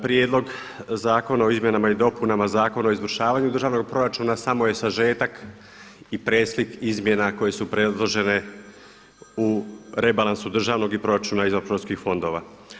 Prijedlog zakona o izmjenama i dopunama Zakona o izvršavanju državnoga proračuna samo je sažetak i preslik izmjena koje su predložene u rebalansu državnog i proračuna izvanproračunskih fondova.